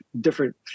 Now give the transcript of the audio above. different